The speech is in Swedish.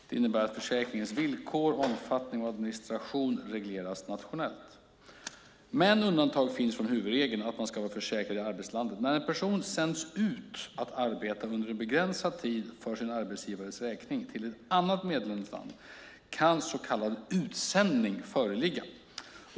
Det innebär att försäkringen villkor, omfattning och administration regleras nationellt. Men undantag finns från huvudregeln att man ska vara försäkrad i arbetslandet. När en person sänds ut för att arbeta under en begränsad tid för sin arbetsgivares räkning till ett annat medlemsland kan så kallad utsändning föreligga.